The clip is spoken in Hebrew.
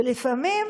ולפעמים